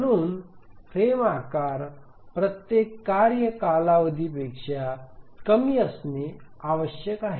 म्हणून फ्रेम आकार प्रत्येक कार्य कालावधीपेक्षा कमी असणे आवश्यक आहे